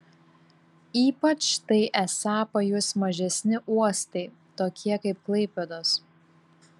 ypač tai esą pajus mažesni uostai tokie kaip klaipėdos